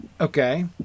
Okay